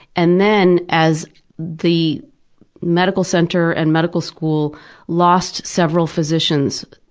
and then, as the medical center and medical school lost several physicians,